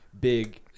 big